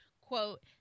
Quote